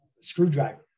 screwdriver